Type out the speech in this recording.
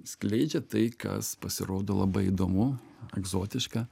skleidžia tai kas pasirodo labai įdomu egzotiška